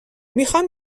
میخوان